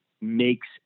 makes